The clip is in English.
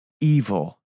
evil